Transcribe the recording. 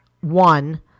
one